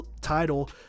title